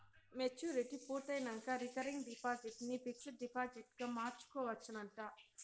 maturity పూర్తయినంక recurring deposit ని fixed డిపాజిట్గ మార్చుకోవచ్చునంట